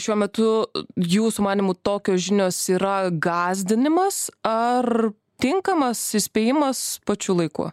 šiuo metu jūsų manymu tokios žinios yra gąsdinimas ar tinkamas įspėjimas pačiu laiku